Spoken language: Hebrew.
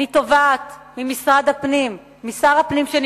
אני תובעת ממשרד הפנים,